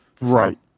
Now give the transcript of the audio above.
Right